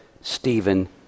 Stephen